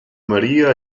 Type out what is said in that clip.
maria